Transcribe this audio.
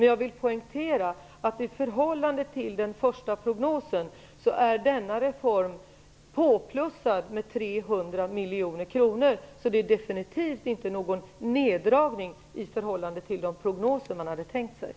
Jag vill poängtera att i förhållande till den första prognosen har denna reform fått ytterligare 300 miljoner kronor. Det är definitivt inte någon nerdragning i förhållande till de prognoser man gjorde.